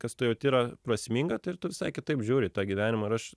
kas tu jauti yra prasminga tai ir tu visai kitaip žiūri į tą gyvenimą ir aš